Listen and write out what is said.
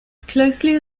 closely